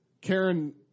Karen